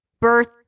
birth